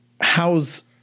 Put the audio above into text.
how's –